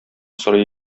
сорый